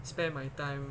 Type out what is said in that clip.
spend my time